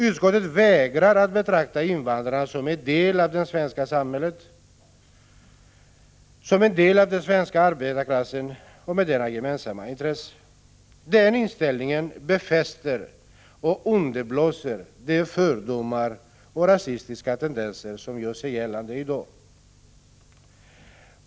Utskottet vägrar att betrakta invandrarna som en del av det svenska samhället, som en del av den svenska arbetarklassen och som havande gemensamma intressen med denna. Den inställningen befäster och underblåser de fördomar och rasistiska tendenser som gör sig gällande i dag.